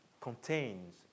contains